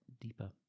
deeper